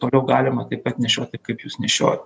toliau galima taip pat nešioti kaip jūs nešiojot